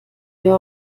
wir